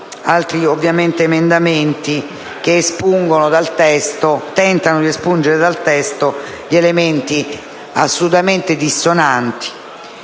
altri emendamenti che tentano di espungere dal testo gli elementi assolutamente incongrui.